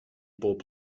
bob